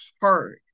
hard